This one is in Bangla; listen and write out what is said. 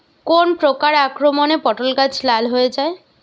কোন প্রকার আক্রমণে পটল গাছ লাল হয়ে যায়?